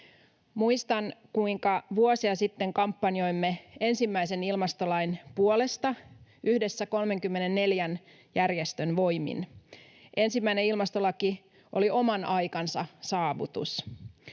Muistan, kuinka vuosi sitten kampanjoimme ensimmäisen ilmastolain puolesta yhdessä 34 järjestön voimin. Ensimmäinen ilmastolaki oli oman aikansa saavutus.